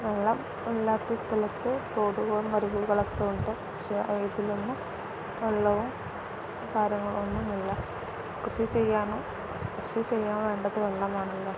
വെള്ളം ഇല്ലാത്ത സ്ഥലത്ത് തോടും അരുവികളൊക്കെ ഉണ്ട് പക്ഷെ അതിലൊന്നും വെള്ളവും കാര്യങ്ങളൊന്നുമില്ല കൃഷി ചെയ്യാനും കൃഷി ചെയ്യാൻ വേണ്ടത് വെള്ളമാണല്ലോ